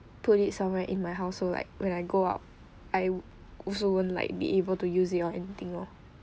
put it somewhere in my household like when I go out I also won't like be able to use it or anything loh